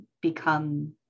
become